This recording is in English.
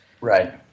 Right